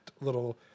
little